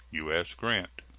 u s. grant.